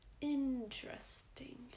Interesting